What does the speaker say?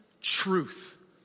truth